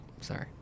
Sorry